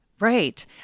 Right